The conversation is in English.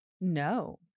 No